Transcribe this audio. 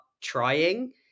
trying